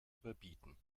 überbieten